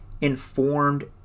informed